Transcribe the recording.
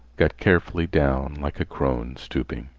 got carefully down like a crone stooping.